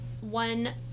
one